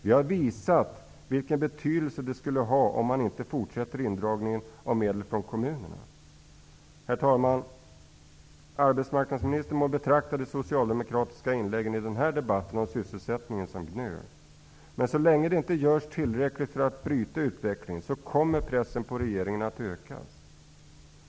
Vi har visat vilken betydelse det skulle ha om indragningen av medel från kommunerna skulle upphöra. Herr talman! Arbetsmarknadsministern må betrakta de socialdemokratiska inläggen om sysselsättningen i denna debatt som gnöl. Men så länge det inte görs tillräckligt för att bryta utvecklingen, kommer pressen på regeringen att ökas.